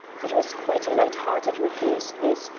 it was quite a light-hearted recluse this,